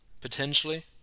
potentially